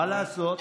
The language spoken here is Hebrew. מה לעשות.